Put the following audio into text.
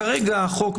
כרגע החוק,